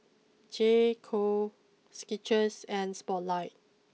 J Co Skittles and Spotlight